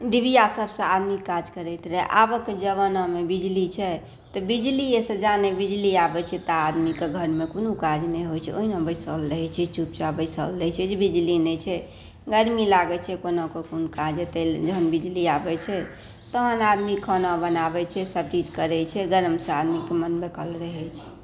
डिबिआ सबसँ आदमी काज करैत रहै आबक जबानामे बिजली छै तऽ बिजिलिएसँ जा नहि बिजली आबै छै ता आदमीके घरमे कुनू काज नहि होइ छै ओहिना बैसल रहै छै चुपचाप बैसल रहै छै जे बिजली नहि छै गरमी लागै छै कोनाकऽ कोन काज हेतै जहन बिजली आबै छै तहन आदमी खाना बनाबै छै सब चीज करै छै गरमसँ आदमीके मोन बेकल रहै छै